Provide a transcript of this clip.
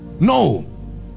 no